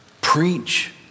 preach